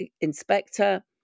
Inspector